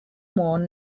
more